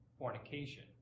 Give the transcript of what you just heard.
fornication